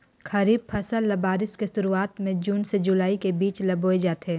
खरीफ फसल ल बारिश के शुरुआत में जून से जुलाई के बीच ल बोए जाथे